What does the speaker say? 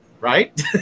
Right